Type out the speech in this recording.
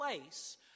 place